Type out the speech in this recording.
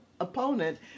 opponent